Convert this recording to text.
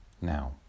Now